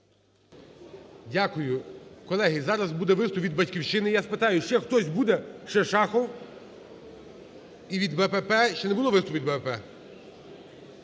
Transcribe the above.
Дякую. Колеги, зараз буде виступ від "Батьківщини". Я спитаю: ще хтось буде? Ще Шахов. І від БПП… Ще не було виступу від БПП?